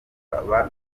akaba